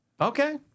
Okay